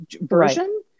version